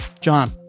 John